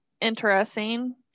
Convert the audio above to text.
interesting